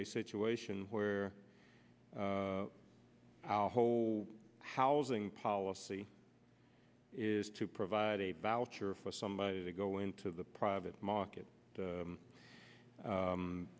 e situation where our whole housing policy is to provide a voucher for somebody to go into the private market